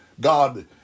God